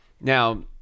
Now